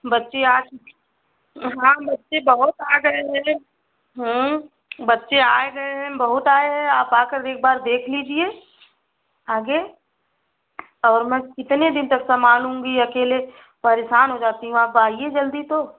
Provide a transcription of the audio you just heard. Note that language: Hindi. बच्चे आ हाँ बच्चे बहुत आ गए हैं बच्चे आए गए हैं बहुत आए हैं आप आकर एक बार देख लीजिए आगे और मैं कितने दिन तक समालूँगी अकेले परेशान हो जाती हूँ आप आइए जल्दी तो